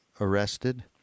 arrested